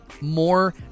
more